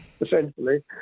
essentially